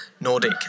Nordic